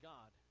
God